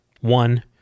One